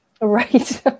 Right